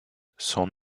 son